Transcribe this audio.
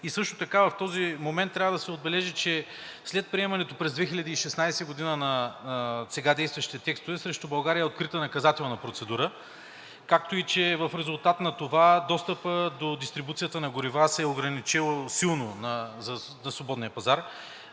и също така в този момент трябва да се отбележи, че след приемането през 2016 г. на сега действащите текстове, срещу България е открита наказателна процедура, както и че в резултат на това достъпът на дистрибуцията на горива се е ограничил силно за свободния пазар,